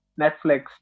Netflix